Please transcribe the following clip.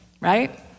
Right